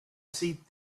seat